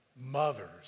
mothers